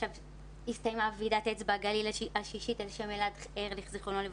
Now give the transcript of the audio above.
עכשיו הסתיימה ועידת אצבע הגליל השישית על שם אלעד ארליך ז"ל,